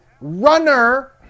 runner